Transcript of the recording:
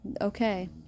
okay